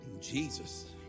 Jesus